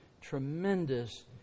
Tremendous